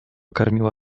karmiła